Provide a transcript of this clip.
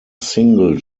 single